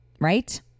right